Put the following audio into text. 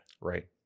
Right